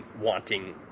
wanting